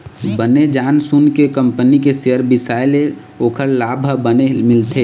बने जान सून के कंपनी के सेयर बिसाए ले ओखर लाभ ह बने मिलथे